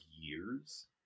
years